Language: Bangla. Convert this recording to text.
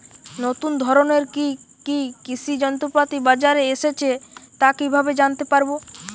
নতুন ধরনের কি কি কৃষি যন্ত্রপাতি বাজারে এসেছে তা কিভাবে জানতেপারব?